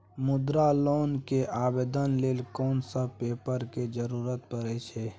मुद्रा लोन के आवेदन लेल कोन सब पेपर के जरूरत परै छै?